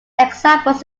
examples